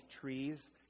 trees